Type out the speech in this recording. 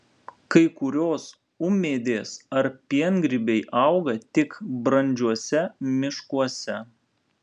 kai kurios ūmėdės ar piengrybiai auga tik brandžiuose miškuose